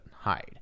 hide